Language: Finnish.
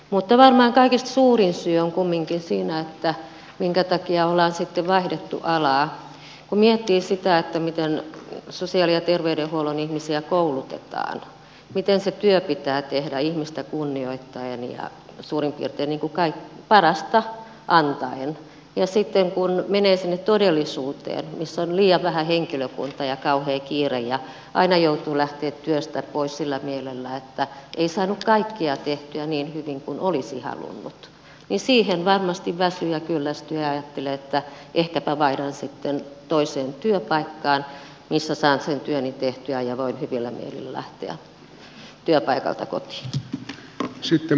mutta varmaan kaikista suurin syy minkä takia ollaan sitten vaihdettu alaa on kumminkin siinä että kun miettii sitä miten sosiaali ja terveydenhuollon ihmisiä koulutetaan miten se työ pitää tehdä ihmistä kunnioittaen ja suurin piirtein parasta antaen ja sitten kun menee sinne todellisuuteen missä on liian vähän henkilökuntaa ja kauhea kiire ja aina joutuu lähtemään työstä pois sillä mielellä että ei saanut kaikkea tehtyä niin hyvin kuin olisi halunnut niin siihen varmasti väsyy ja kyllästyy ja ajattelee että ehkäpä vaihdan sitten toiseen työpaikkaan missä saan työni tehtyä ja voin hyvillä mielin lähteä työpaikalta kotiin